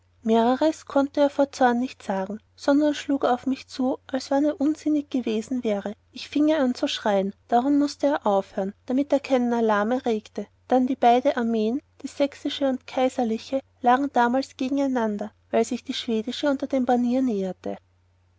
konnte er vor zorn nicht sagen sondern schlug auf mich zu als wann er unsinnig gewesen wäre ich fienge an zu schreien darum mußte er aufhören damit er keinen alarm erregte dann die beide armeen die sächsische und kaiserliche lagen damals gegeneinander weil sich die schwedische unter dem banier näherte